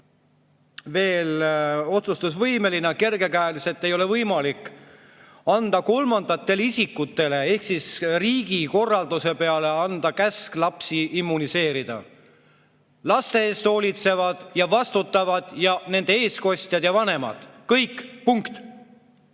veel otsustusvõimeline. Kergekäeliselt ei ole võimalik anda kolmandatele isikutele riigi korralduse peale käsk lapsi immuniseerida. Laste eest hoolitsevad ja vastutavad nende eestkostjad ja vanemad. Kõik! Punkt!